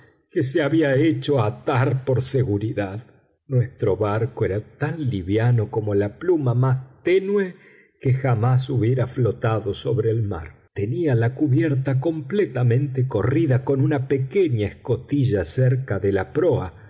que se había hecho atar por seguridad nuestro barco era tan liviano como la pluma más tenue que jamás hubiera flotado sobre el mar tenía la cubierta completamente corrida con una pequeña escotilla cerca de la proa